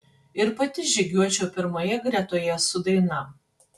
ir pati žygiuočiau pirmoje gretoje su daina